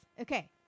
okay